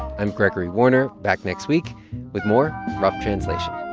i'm gregory warner, back next week with more rough translation